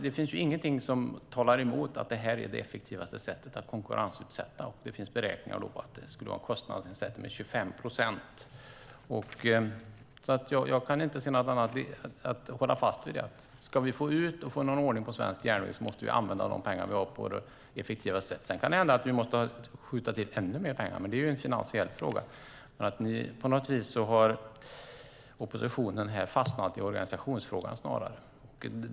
Det finns ingenting som talar emot att det effektivaste sättet är att konkurrensutsätta. Det finns beräkningar som visar att det skulle ge en kostnadsnedsättning med 25 procent. Jag kan inte se något annat än att hålla fast vid det. Ska vi få någon ordning på svensk järnväg måste vi använda de pengar vi har på det effektivaste sättet. Sedan kan det hända att vi måste skjuta till ännu mer pengar, men det är ju en finansiell fråga. På något vis har oppositionen fastnat i organisationsfrågan.